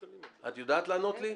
את יודעת לענות לי?